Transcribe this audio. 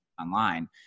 online